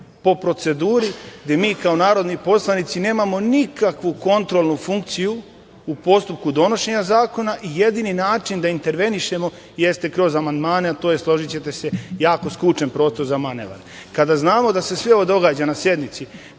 po proceduri gde mi kao narodni poslanici nemamo nikakvu kontrolu funkciju u postupku donošenja zakona i jedini način da intervenišemo jeste kroz amandmane, a to je, složićete se, jako skučen prostor za manevar. Kada znamo da se sve ovo događa na sednici